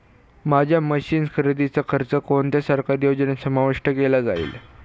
माझ्या मशीन्स खरेदीचा खर्च कोणत्या सरकारी योजनेत समाविष्ट केला जाईल?